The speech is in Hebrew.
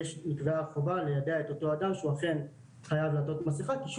יש חובה ליידע את אותו אדם שהוא אכן חייב לעטות מסכה כי,